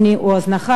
עוני או הזנחה,